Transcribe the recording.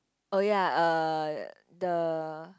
oh ya uh the